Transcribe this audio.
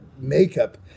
makeup